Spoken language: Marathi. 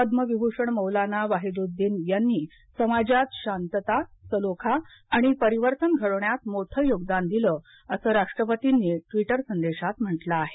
पद्मविभूषण मौलाना वाहिदउद्दीन यांनी समाजात शांतता सलोखा आणि परिवर्तन घडवण्यात मोठं योगदान दिलं असं राष्टपतींनी टवीट संदेशात म्हटलं आहे